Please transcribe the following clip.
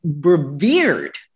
revered